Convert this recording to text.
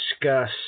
discuss